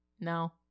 No